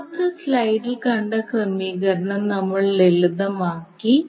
മുമ്പത്തെ സ്ലൈഡിൽ കണ്ട ക്രമീകരണം നമ്മൾ ലളിതമാക്കി